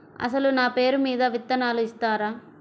అసలు నా పేరు మీద విత్తనాలు ఇస్తారా?